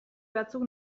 batzuk